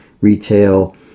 retail